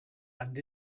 and